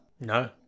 No